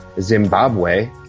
Zimbabwe